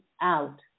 out